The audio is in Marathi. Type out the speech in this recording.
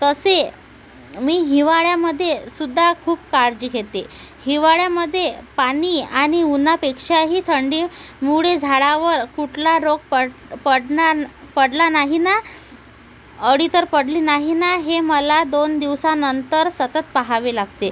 तसे मी हिवाळ्यामध्सुयेद्धा खूप काळजी घेते हिवाळ्यामध्ये पाणी आणि उन्हापेक्षाही थंडीमुळे झाडावर कुठला रोग पड पडणार पडला नाही ना अळी तर पडली नाही ना हे मला दोन दिवसानंतर सतत पहावे लागते